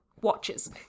watches